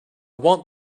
want